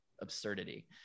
absurdity